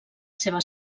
seva